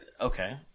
Okay